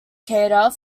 cater